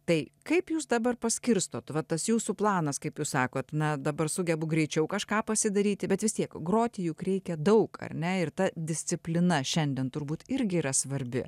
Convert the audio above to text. tai kaip jūs dabar paskirstot va tas jūsų planas kaip jūs sakot na dabar sugebu greičiau kažką pasidaryti bet vis tiek groti juk reikia daug ar ne ir ta disciplina šiandien turbūt irgi yra svarbi